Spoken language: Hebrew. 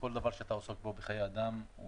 אנחנו